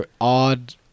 odd